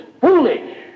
foolish